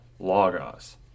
logos